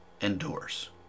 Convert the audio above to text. endures